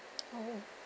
oh